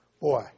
Boy